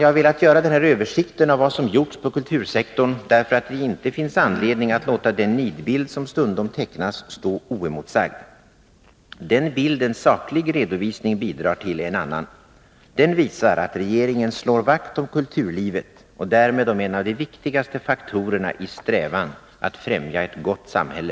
Jag har velat göra den här översikten av vad som gjorts på kultursektorn därför att det inte finns anledning att låta den nidbild som stundom tecknas stå oemotsagd. Den bild en saklig redovisning bidrar till är en annan. Den visar att regeringen slår vakt om kulturlivet och därmed om en av de viktigaste faktorerna i strävan att främja ett gott samhälle.